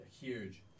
huge